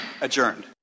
Adjourned